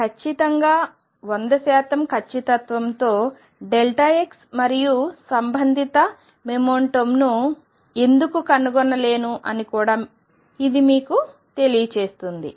నేను ఖచ్చితంగా 100 ఖచ్చితత్వంతో x మరియు సంబంధిత మొమెంటంను ఎందుకు కనుగొనలేను అని కూడా ఇది మీకు తెలియజేస్తుంది